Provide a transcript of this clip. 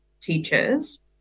teachers